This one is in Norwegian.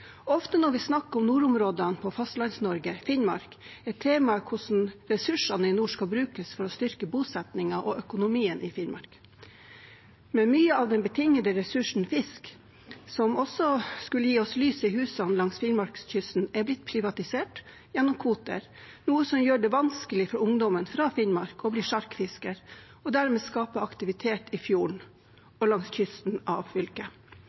Ofte når vi snakker om nordområdene på Fastlands-Norge, Finnmark, er temaet hvordan ressursene i nord skal brukes for å styrke bosettingen og økonomien i Finnmark, men mye av den betingede ressursen fisk, som også skulle gi oss lys i husene langs Finnmarkskysten, er blitt privatisert gjennom kvoter, noe som gjør det vanskelig for ungdommer fra Finnmark å bli sjarkfisker og dermed skape aktivitet i fjordene og langs kysten av fylket.